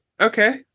okay